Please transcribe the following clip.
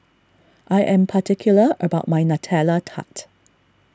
I am particular about my Nutella Tart